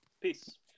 Peace